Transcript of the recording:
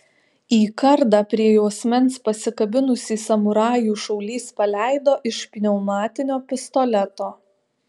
į kardą prie juosmens pasikabinusį samurajų šaulys paleido iš pneumatinio pistoleto